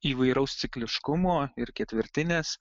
įvairaus cikliškumo ir ketvirtinės